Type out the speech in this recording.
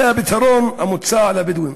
זה הפתרון המוצע לבדואים.